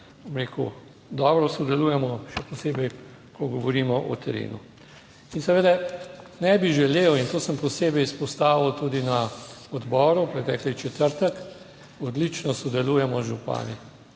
bom rekel, dobro sodelujemo še posebej, ko govorimo o terenu. In seveda ne bi želel, in to sem posebej izpostavil tudi na odboru pretekli četrtek, odlično sodelujemo z župani,